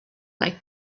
like